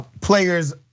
players